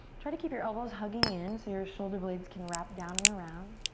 try to keep your elbows hugging in. so your shoulder blades can wrap down and around.